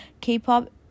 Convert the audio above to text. K-pop